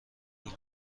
پول